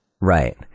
Right